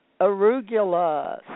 arugula